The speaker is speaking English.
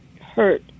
hurt